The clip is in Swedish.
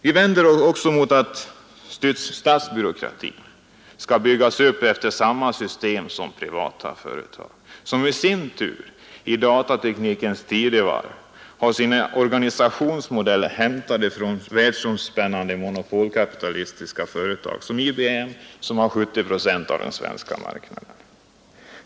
Vi vänder oss också mot att statsbyråkratin skall byggas upp efter samma system som privata företag, som i sin tur i datateknikens tidevarv har sina organisationsmodeller hämtade från världsomspännande monopolkapitalistiska företag som IBM, som har 70 procent av den svenska marknaden.